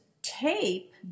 tape